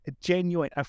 genuine